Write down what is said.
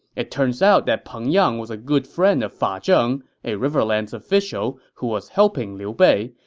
it turns out that peng yang was a good friend of fa zheng, a riverlands official who was helping liu bei,